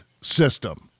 system